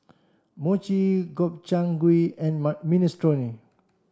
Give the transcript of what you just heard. Mochi Gobchang Gui and Minestrone